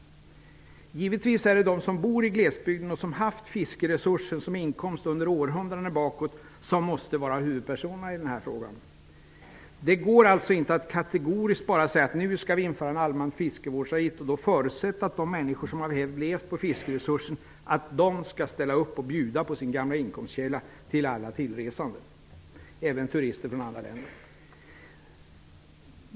Givetvis är det de som bor i glesbygden och som haft fiskeresursen som inkomst under århundraden tillbaka som måste vara huvudpersoner. Det går alltså inte att kategoriskt säga: Nu skall vi införa en allmän fiskevårdsavgift; och förutsätta att de människor som levt på fiskeresursen skall ställa upp och bjuda på sin gamla inkomstkälla till alla tillresande, även turister från andra länder.